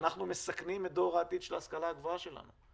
אנחנו מסכנים את דור העתיד של ההשכלה הגבוהה שלנו.